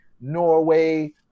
Norway